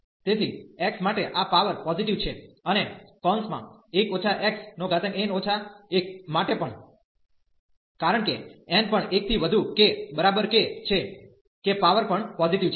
તેથી x માટે આ પાવર પોઝીટીવ છે અને 1 xn 1 માટે પણ કારણ કે n પણ 1 થી વધુ કે બરાબર કે છે કે પાવર પણ પોઝીટીવ છે